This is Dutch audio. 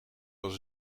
was